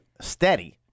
Steady